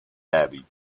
abbey